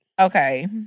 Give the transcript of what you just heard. Okay